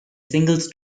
singles